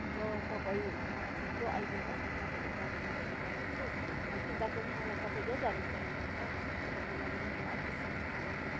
र तपाईँ छिट्टो आइदिनुहोस् म तपाईँको गाडी लगेर जाँदैछु फर्किन्दा पनि मलाई तपाईँकै गाडी चाहिएको छ तपाईँको गाडी नै मलाई अत्ति सुविस्ता लाग्छ